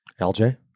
LJ